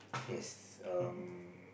yes um